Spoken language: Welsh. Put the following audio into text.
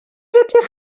ydych